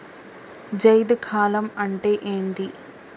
జైద్ కాలం అంటే ఏంది?